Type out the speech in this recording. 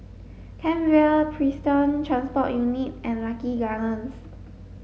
Kent Vale Prison Transport Unit and Lucky Gardens